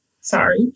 sorry